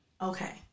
okay